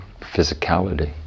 physicality